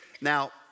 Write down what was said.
Now